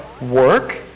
work